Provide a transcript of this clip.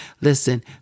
Listen